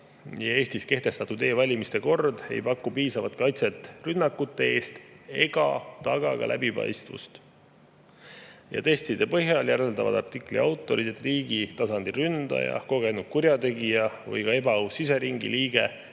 Eestis kehtestatud e‑valimiste kord ei paku piisavat kaitset rünnakute eest ega taga ka läbipaistvust. Testide põhjal järeldavad artikli autorid, et riigi tasandil ründaja, kogenud kurjategija või ka ebaaus siseringi liige